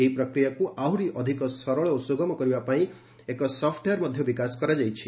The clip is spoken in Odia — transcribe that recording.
ଏହି ପ୍ରକ୍ରିୟାକୁ ଆହୁରି ଅଧିକ ସରଳ ଓ ସୁଗମ କରିବା ପାଇଁ ଏକ ସପୁଓ୍ବେୟାର୍ ମଧ୍ୟ ବିକାଶ କରାଯାଇଛି